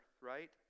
right